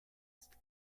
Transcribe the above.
ist